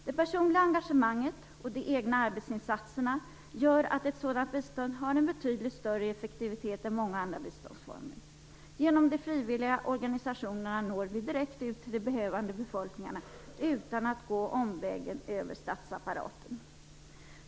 Det personliga engagemanget och de egna arbetsinsatserna gör att ett sådant bistånd har en betydligt större effektivitet än många andra biståndsformer. Genom de frivilliga organisationerna når vi direkt ut till de behövande befolkningarna utan att gå omvägen över statsapparaten.